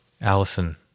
Allison